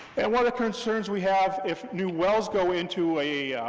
and one of the concerns we have, if new wells go into a